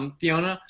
um fiona?